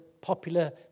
popular